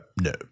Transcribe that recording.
No